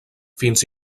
fins